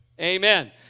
Amen